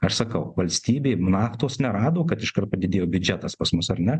ar sakau valstybė naftos nerado kad iškart padidėjo biudžetas pas mus ar ne